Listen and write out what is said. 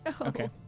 Okay